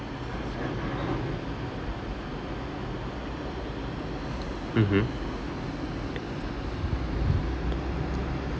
mmhmm